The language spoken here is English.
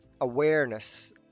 awareness